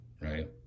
right